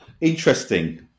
Interesting